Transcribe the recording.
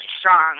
strong